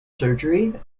surgery